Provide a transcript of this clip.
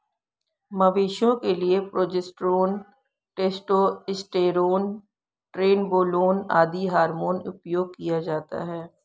मवेशियों के लिए प्रोजेस्टेरोन, टेस्टोस्टेरोन, ट्रेनबोलोन आदि हार्मोन उपयोग किया जाता है